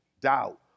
doubt